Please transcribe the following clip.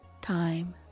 time